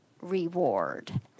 reward